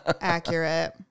Accurate